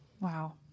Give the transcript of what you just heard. Wow